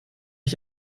ich